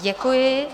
Děkuji.